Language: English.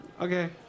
Okay